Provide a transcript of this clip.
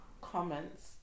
comments